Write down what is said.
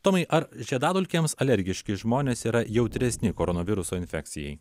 tomai ar žiedadulkėms alergiški žmonės yra jautresni koronaviruso infekcijai